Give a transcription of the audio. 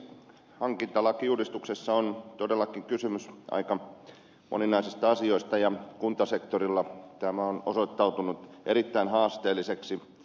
hankintalakiuudistuksessa on todellakin kysymys aika moninaisista asioista ja kuntasektorilla tämä on osoittautunut erittäin haasteelliseksi